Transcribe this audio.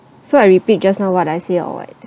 so I repeat just now what I say or what